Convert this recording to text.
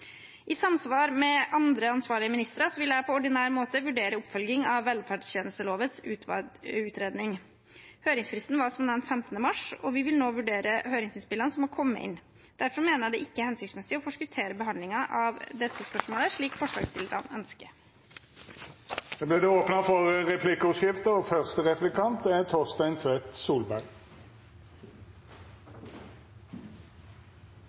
I samsvar med andre ansvarlige ministre vil jeg på ordinær måte vurdere oppfølging av velferdstjenesteutvalgets utredning. Høringsfristen var som nevnt 15. mars, og vi vil nå vurdere høringsinnspillene som har kommet inn. Derfor mener jeg det ikke er hensiktsmessig å forskuttere behandlingen av dette spørsmålet, slik forslagsstilleren ønsker. Det vert replikkordskifte. Diskusjonen om barnehager fra regjeringspartienes side handler veldig ofte om unnskyldninger for